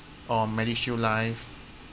or medishield life